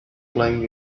playing